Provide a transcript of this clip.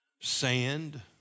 sand